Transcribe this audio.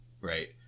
Right